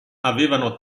avevano